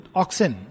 oxen